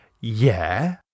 yeah